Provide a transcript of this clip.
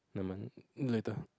nevermind later